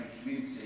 community